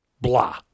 blah